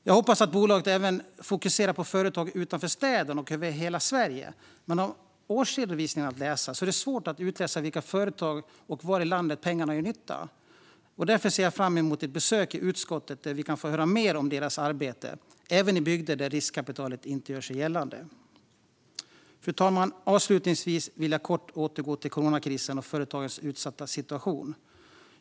Jag hoppas att bolaget även fokuserar på företag utanför städerna och över hela Sverige, men av årsredovisningarna är det svårt att utläsa i vilka företag och var i landet som pengarna gör nytta. Därför ser jag fram emot ett besök i utskottet så att vi kan få höra mer om deras arbete, även i bygder där riskkapitalet inte gör sig gällande. Fru talman! Avslutningsvis vill jag kort återgå till coronakrisen och företagens utsatta situation.